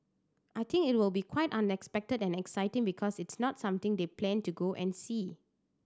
I think it will be quite unexpected and exciting because it's not something they plan to go and see